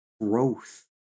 growth